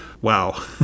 Wow